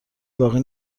باقی